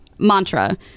Mantra